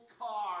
car